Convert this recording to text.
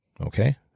Okay